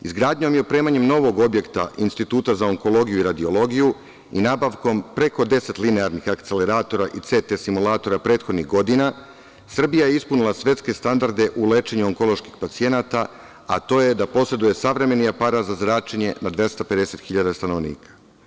Izgradnjom i opremanjem novog objekta Instituta za onkologiju i radiologiju i nabavkom preko 10 linearnih akceleratora i CT simulatora prethodnih godina, Srbija je ispunila svetske standarde u lečenju onkoloških pacijenata, a to je da poseduje savremeni aparat za zračenje na 250 hiljada stanovnika.